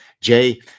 Jay